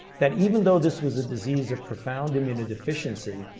that even though this was a disease of profound immunodeficiency,